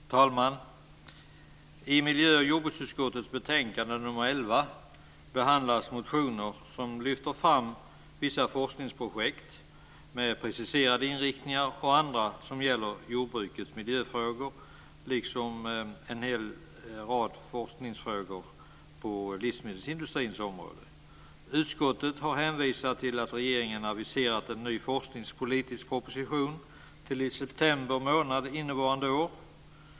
Fru talman! I miljö och jordbruksutskottets betänkande 11 behandlas motioner som lyfter fram vissa forskningsprojekt med preciserade inriktningar och andra som gäller jordbrukets miljöfrågor, liksom en hel rad forskningsfrågor på livsmedelsindustrins område. Utskottet har hänvisat till att regeringen aviserat en ny forskningspolitisk proposition till i september månad innevarande år.